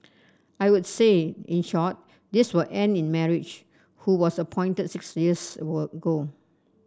I would say in short this will end in marriage who was appointed six were ago